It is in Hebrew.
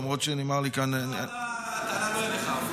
למרות שנאמר לי כאן --- הטענה לא אליך,